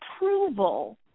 approval